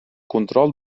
control